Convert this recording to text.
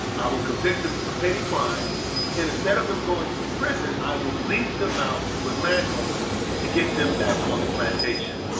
i will convict them for petty crimes. and instead of them going to prison, i would lease them out to a land owner to get them back on the plantation.